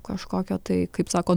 kažkokio tai kaip sako